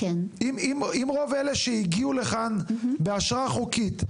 אם רוב אלה שהגיעו לכאן באשרה חוקית,